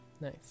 nice